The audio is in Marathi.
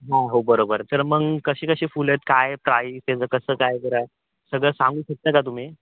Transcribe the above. हां हो बरोबर तर मग कशी कशी फुलं आहेत काय आहे प्राइस त्याचं कसं काय जरा सगळं सांगू शकता का तुम्ही